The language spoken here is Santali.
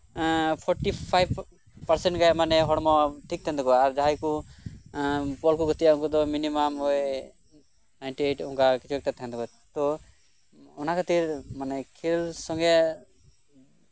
ᱯᱷᱳᱴᱴᱤ ᱯᱷᱟᱭᱤᱵ ᱯᱟᱨᱥᱮᱱ ᱜᱟᱱ ᱮᱸᱜ ᱦᱚᱲᱢᱚ ᱴᱷᱤᱠ ᱛᱟᱦᱮᱸᱱ ᱛᱟᱠᱚᱣᱟ ᱡᱟᱦᱟᱸᱭ ᱠᱚ ᱵᱚᱞ ᱠᱚ ᱜᱟᱛᱮᱜᱼᱟ ᱮᱸᱜ ᱩᱱᱠᱩ ᱫᱚ ᱳᱭ ᱢᱤᱱᱤᱢᱟᱢ ᱱᱟᱭᱤᱱᱴᱤ ᱮᱭᱤᱴ ᱚᱱᱠᱟ ᱠᱤᱪᱷᱩ ᱮᱠᱴᱟ ᱛᱟᱦᱮᱸᱱ ᱛᱟᱠᱚᱣᱟ ᱛᱚ ᱢᱟᱱᱮ ᱚᱱᱟ ᱠᱷᱟᱹᱛᱤᱨ ᱢᱟᱱᱮ ᱠᱷᱮᱞ ᱥᱚᱸᱜᱮ